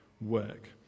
work